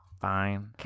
Fine